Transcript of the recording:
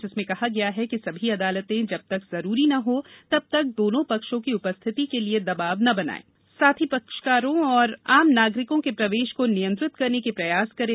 जिसमें कहा गया है कि सभी अदालतें जब तक जरूरी ना हो तब तक दोनों पक्षों की उपस्थिति के लिए दबाव न बनाएं साथी पक्षकारों और आम नागरिकों के प्रवेश को नियंत्रित करने के प्रयास करें